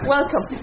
Welcome